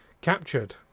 captured